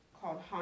called